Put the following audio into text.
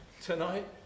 tonight